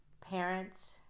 parents